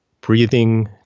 breathing